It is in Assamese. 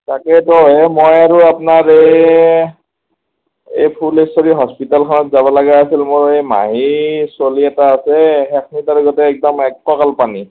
তাকেতো এই মই আৰু আপোনাৰ এই ফুলেশ্বৰী হস্পিতালখনত যাব লগা আছিল মোৰ এই মাহীৰ চ'লি এটা আছে সেইখিনিততো আৰু গোটেই একদম এক কঁকাল পানী